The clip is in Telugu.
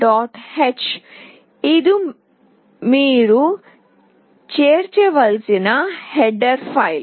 h ఇది మీరు చేర్చవలసిన హెడర్ ఫైల్